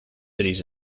cities